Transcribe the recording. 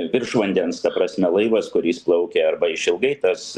virš vandens ta prasme laivas kuris plaukia arba išilgai tas